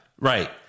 Right